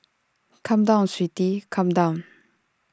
come down sweetie come down